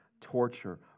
torture